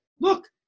Look